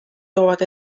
toovad